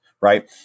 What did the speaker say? right